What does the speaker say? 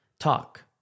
talk